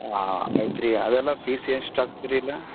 ಹಾಂ ಆಯ್ತು ರೀ ಅದೆಲ್ಲ ಫೀಸ್ ಎಷ್ಟಾಗತ್ರಿ ಎಲ್ಲ